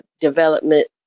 development